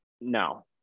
No